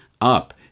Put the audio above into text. up